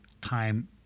time